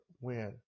win